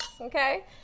Okay